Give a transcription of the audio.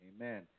Amen